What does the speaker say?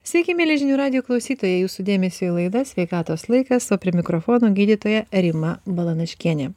sveiki mieli žinių radijo klausytojai jūsų dėmesiui laida sveikatos laikas o prie mikrofono gydytoja rima balanaškienė